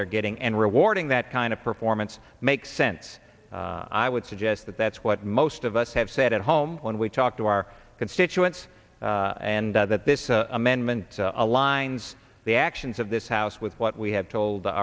they're getting and rewarding that kind of performance makes sense i would suggest that that's what most of us have said at home when we talk to our constituents and that this amendment aligns the actions of this house with what we have told